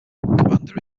commander